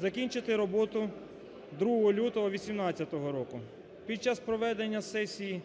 закінчити роботу 2 лютого 2018 року. Під час проведення сесії